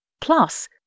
Plus